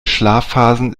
schlafphasen